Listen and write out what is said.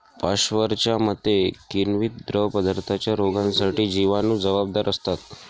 पाश्चरच्या मते, किण्वित द्रवपदार्थांच्या रोगांसाठी जिवाणू जबाबदार असतात